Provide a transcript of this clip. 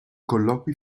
colloqui